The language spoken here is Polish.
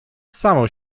samo